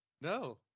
No